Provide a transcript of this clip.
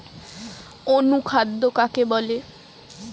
অনুখাদ্য কাকে বলে?